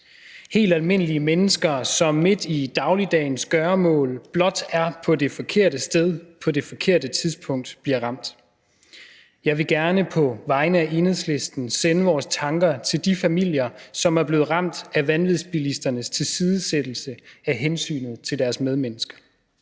Helt almindelige mennesker, som midt i dagligdagens gøremål blot er på det forkerte sted på det forkerte tidspunkt, bliver ramt. Jeg vil gerne på vegne af Enhedslisten sende vores tanker til de familier, som er blevet ramt af vanvidsbilisternes tilsidesættelse af hensynet til deres medmennesker.